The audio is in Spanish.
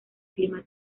clima